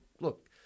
look